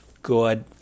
good